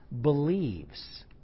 Believes